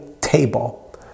table